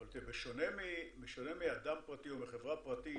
אבל בשונה מאדם פרטי או מחברה פרטית